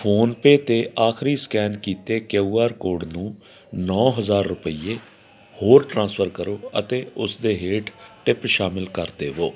PhonePe 'ਤੇ ਆਖਰੀ scan ਕੀਤੇ ਕੇਯੂ ਆਰ ਕੋਡ ਨੂੰ ਨੌਂ ਹਜ਼ਾਰ ਰੁਪਈਏ ਹੋਰ ਟ੍ਰਾਂਸਫਰ ਕਰੋ ਅਤੇ ਉਸ ਦੇ ਹੇਠ ਟਿਪ ਸ਼ਾਮਿਲ ਕਰ ਦੇਵੋ